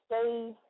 stay